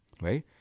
Right